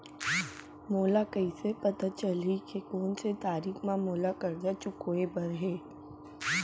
मोला कइसे पता चलही के कोन से तारीक म मोला करजा चुकोय बर हे?